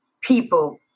people